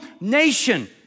nation